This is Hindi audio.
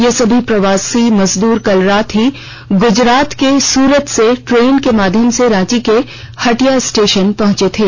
ये सभी प्रवासी मजदूर कल रात ही गुजरात के सूरत से ट्रेन के माध्यम से रांची के हटिया स्टेशन पहुंचें थे